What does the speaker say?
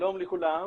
שלום לכולם.